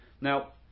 Now